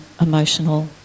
emotional